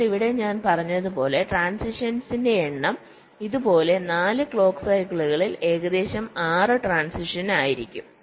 എന്നാൽ ഇവിടെ ഞാൻ പറഞ്ഞതുപോലെ ട്രാന്സിഷൻസിന്റെ എണ്ണം ഇതുപോലെ 4 ക്ലോക്ക് സൈക്കിളിൽ ഏകദേശം 6 ട്രാന്സിഷൻസ് ആയിരിക്കും